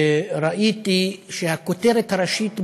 וראיתי שהכותרת הראשית בו,